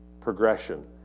Progression